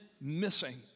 missing